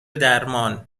درمان